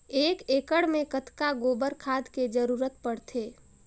एक एकड़ मे कतका गोबर खाद के जरूरत पड़थे?